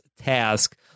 task